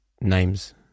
names